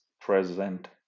present